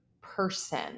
person